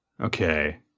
Okay